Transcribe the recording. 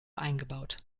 eingebaut